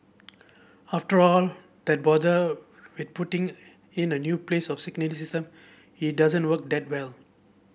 after all that bother with putting in a new place of signalling system it doesn't work that well